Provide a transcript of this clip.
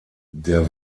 der